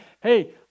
hey